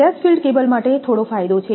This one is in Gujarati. ગેસફિલ્ડ કેબલમાટે થોડો ફાયદો છે